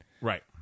right